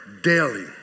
daily